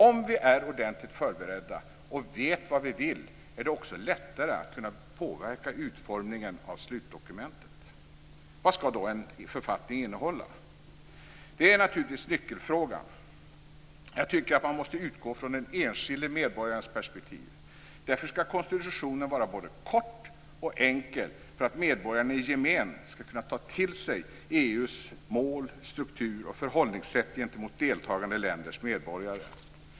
Om vi är ordentligt förberedda och vet vad vi vill är det också lättare att påverka utformningen av slutdokumentet. Vad ska då en författning innehålla? Det är naturligtvis nyckelfrågan. Jag tycker att man måste utgå från den enskilde medborgarens perspektiv. Därför ska konstitutionen vara både kort och enkel, så att medborgarna i gemen ska kunna ta till sig EU:s mål, struktur och förhållningssätt gentemot deltagande länders medborgare.